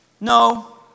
No